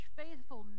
faithful